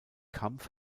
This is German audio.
kampf